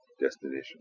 Destination